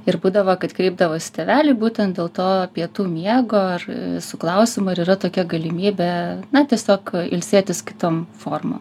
ir būdavo kad kreipdavosi tėveliai būtent dėl to pietų miego ar su klausimu ar yra tokia galimybė na tiesiog ilsėtis kitom formom